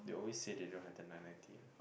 they always say the don't have the nine ninety one